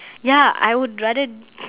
ya I would rather